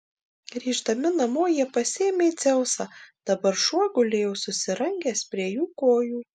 grįždami namo jie pasiėmė dzeusą dabar šuo gulėjo susirangęs prie jų kojų